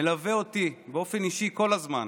מלווה אותי באופן אישי כל הזמן.